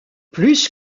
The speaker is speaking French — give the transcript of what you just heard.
plus